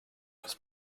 was